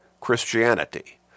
Christianity